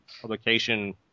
publication